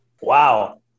Wow